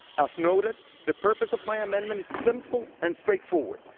as noted the purpose of my amendment is simple and straightforward.